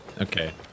Okay